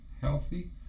healthy